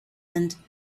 and